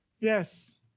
Yes